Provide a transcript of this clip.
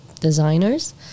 designers